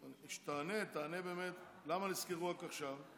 כשתענה, תענה באמת למה נזכרו רק עכשיו,